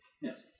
Yes